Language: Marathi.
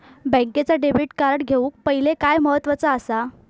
बँकेचा डेबिट कार्ड घेउक पाहिले काय महत्वाचा असा?